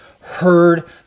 heard